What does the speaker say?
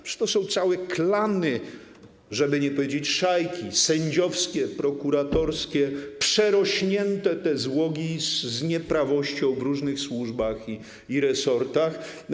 Przecież to są całe klany, żeby nie powiedzieć szajki sędziowskie, prokuratorskie, przerośnięte te złogi z nieprawością w różnych służbach i resortach.